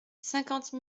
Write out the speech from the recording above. cinquante